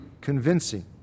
convincing